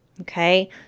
Okay